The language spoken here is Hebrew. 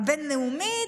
הבין-לאומית,